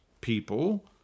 people